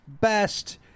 Best